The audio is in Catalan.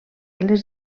les